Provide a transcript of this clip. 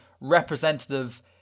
representative